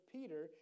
Peter